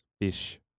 Fish